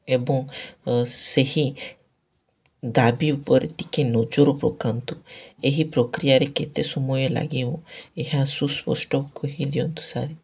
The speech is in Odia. ଏବଂ ସେହି ଦାବି ଉପରେ ଟିକେ ନଜର ପକାନ୍ତୁ ଏହି ପ୍ରକ୍ରିୟାରେ କେତେ ସମୟ ଲାଗିବ ଏହା ସୁସ୍ପଷ୍ଟ କହି ଦିଅନ୍ତୁ ସାର୍